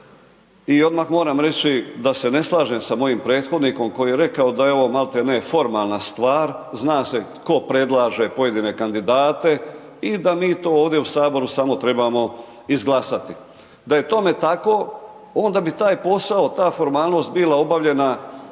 I odmah moram reći, da se ne slažem sa mojim prethodnikom, koji je rekao da je ovo maltene formalan stvar. Zna se tko predlaže pojedine kandidate i da mi to ovdje u Saboru samo trebamo izglasati. Da je tome tako, onda bi taj posao, ta formalnost bila obavljena 2016.